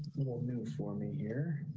little new for me here.